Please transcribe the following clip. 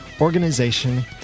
organization